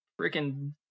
freaking